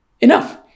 enough